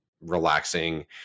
relaxing